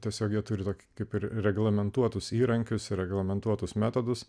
tiesiog jie turi tokį kaip ir reglamentuotus įrankius ir reglamentuotus metodus